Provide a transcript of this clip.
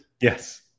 Yes